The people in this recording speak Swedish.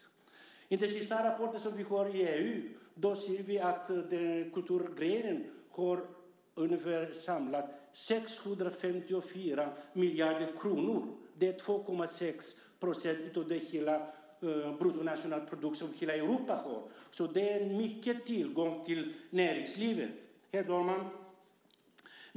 Enligt den senaste rapporten vi har i EU ser vi att den samlade kulturdelen motsvarar ungefär 654 miljarder kronor. Det är 2,6 % av den bruttonationalprodukt som hela Europa har. Det är en tillgång för näringslivet. Herr talman!